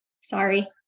sorry